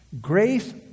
Grace